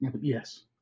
yes